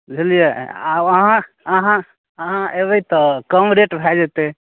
बुझलिए आब अहाँ अहाँ अहाँ अएबै तऽ कम रेट भऽ जेतै